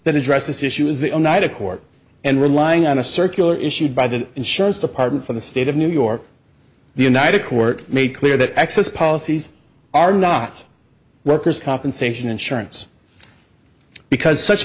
that address this issue is the night of court and relying on a circular issued by the insurance department for the state of new york the united court made clear that access policies are not workers compensation insurance because such